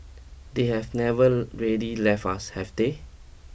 they have never really left us have they